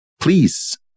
please